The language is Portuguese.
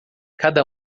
cada